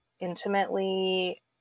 intimately